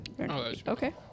Okay